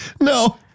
No